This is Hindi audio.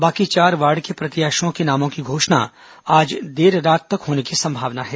बाकी चार वार्ड के प्रत्याशियों के नामों की घोषणा आज देर रात तक होने की संभावना है